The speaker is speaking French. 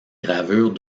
gravures